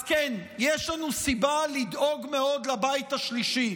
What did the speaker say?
אז כן, יש לנו סיבה לדאוג מאוד לבית השלישי.